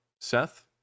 Seth